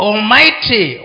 Almighty